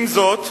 עם זאת,